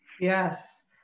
Yes